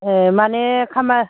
ए माने खामानि